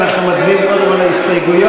אנחנו מצביעים קודם על ההסתייגויות.